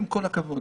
עם כל הכבוד,